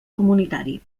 comunitari